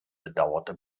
bedauerte